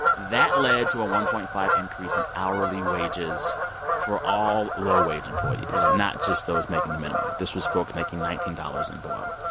that led to a one point five increase in hourly wages for all low-wage employees, not just those making the minimum. this was folk making nineteen dollars and below.